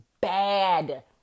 bad